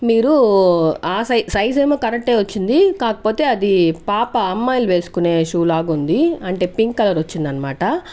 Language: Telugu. మీరు ఆ సైజ్ సైజేమో కరెక్టే వచ్చింది కాకపోతే అది పాప అమ్మాయిలు వేసుకునే షూ లాగా ఉంది అంటే పింక్ కలర్ వచ్చింది అనమాట